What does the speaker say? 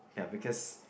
ya because